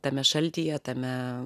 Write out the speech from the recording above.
tame šaltyje tame